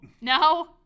no